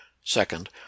second